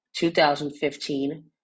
2015